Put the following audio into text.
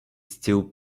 still